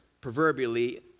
proverbially